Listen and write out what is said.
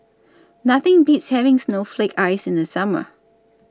Nothing Beats having Snowflake Ice in The Summer